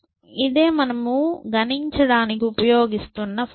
ఇడే మనము గణించడానికి ఉపయోగిస్తున్న ఫంక్షన్